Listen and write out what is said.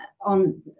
on